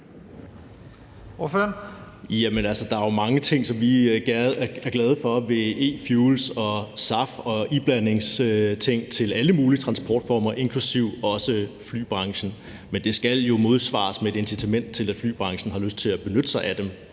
Der er jo mange ting, som vi er glade for ved e-fuels og SAF og iblandingsting til alle mulige transportformer, inklusive også i flybranchen. Men det skal jo modsvares med et incitament til, at flybranchen har lyst til at benytte sig af dem.